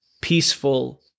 peaceful